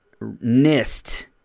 nist